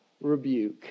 rebuke